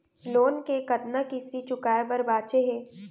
Loan के कतना किस्ती चुकाए बर बांचे हे?